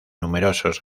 numerosos